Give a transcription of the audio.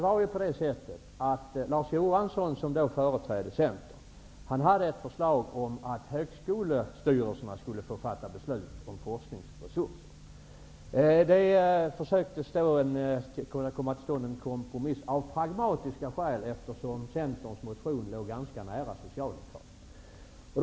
Larz Johansson, som företrädde Centern, hade nämligen ett förslag om att högskolestyrelserna skulle få fatta beslut om forskningsresurser. Det gjordes då försök att få en kompromiss till stånd av pragmatiska skäl, eftersom Centerns motion låg ganska nära Socialdemokraternas.